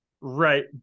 Right